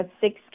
six